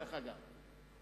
דרך אגב,